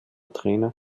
trainer